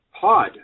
Pod